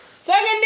Second